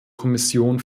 kommission